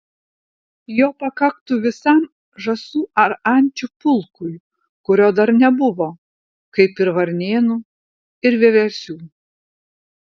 jo pakaktų visam žąsų ar ančių pulkui kurio dar nebuvo kaip ir varnėnų ir vieversių